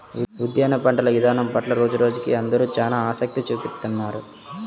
ఉద్యాన పంటల ఇదానం పట్ల రోజురోజుకీ అందరూ చానా ఆసక్తి చూపిత్తున్నారు